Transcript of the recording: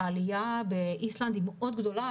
העלייה באיסלנד מאוד גדולה,